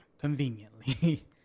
Conveniently